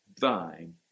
thine